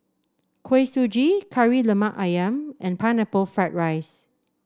Kuih Suji Kari Lemak ayam and Pineapple Fried Rice